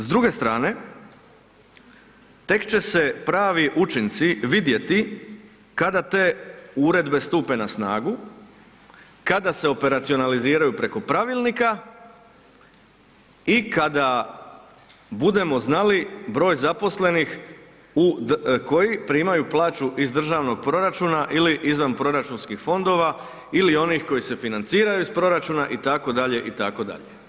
S druge strane, tek će se pravi učinci vidjeti kada te uredbe stupe na snagu, kada se operacionaliziraju preko pravilnika i kada budemo znali broj zaposlenih koji primaju7 plaću iz državnog proračuna ili izvanproračunskih fondova ili onih koji se financiraju iz proračuna itd., itd.